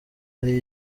yari